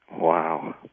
Wow